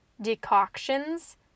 decoctions